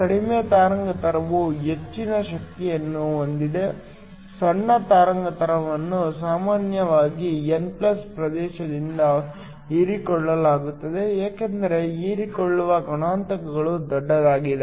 ಕಡಿಮೆ ತರಂಗಾಂತರವು ಹೆಚ್ಚಿನ ಶಕ್ತಿಯನ್ನು ಹೊಂದಿದೆ ಸಣ್ಣ ತರಂಗಾಂತರಗಳನ್ನು ಸಾಮಾನ್ಯವಾಗಿ n ಪ್ರದೇಶದಿಂದ ಹೀರಿಕೊಳ್ಳಲಾಗುತ್ತದೆ ಏಕೆಂದರೆ ಹೀರಿಕೊಳ್ಳುವ ಗುಣಾಂಕವು ದೊಡ್ಡದಾಗಿದೆ